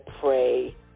pray